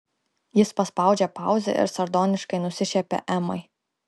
jis paspaudžia pauzę ir sardoniškai nusišiepia emai